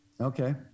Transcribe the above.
Okay